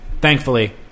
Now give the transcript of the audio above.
thankfully